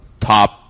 top